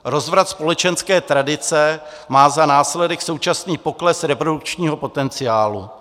Rozvrat společenské tradice má za následek současný pokles reprodukčního potenciálu.